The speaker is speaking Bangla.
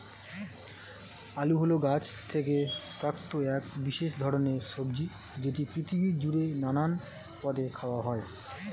আলু হল গাছ থেকে প্রাপ্ত এক বিশেষ ধরণের সবজি যেটি পৃথিবী জুড়ে নানান পদে খাওয়া হয়